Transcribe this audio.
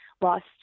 lost